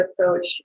approach